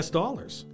dollars